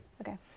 Okay